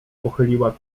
pochyliła